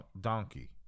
donkey